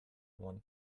one